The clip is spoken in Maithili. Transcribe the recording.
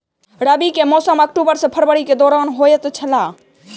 रबी के मौसम अक्टूबर से फरवरी के दौरान होतय छला